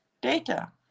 data